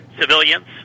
civilians